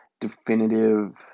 definitive